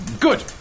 Good